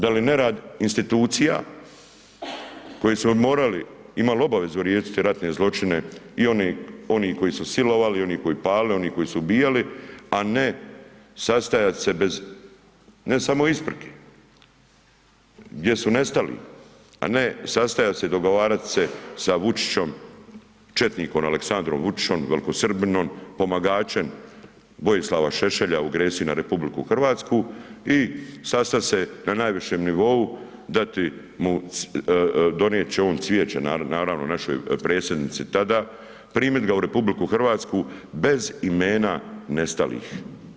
Da li nerad institucija koje smo morali, imali obavezu riješiti ratne zločine i oni koji su silovali i oni koji palili, oni koji su ubijali a ne sastajati se bez ne samo isprike, gdje su nestali a ne sastajat se i dogovarat se sa Vučićom, četnikom A. Vučićom, velikosrbinom, pomagačem V. Šešelja u agresiji na RH i sastajat se na najvišem nivou, dati mu, donijet će on cvijeće naravno našoj Predsjednici tada, primit ga u RH bez imena nestalih.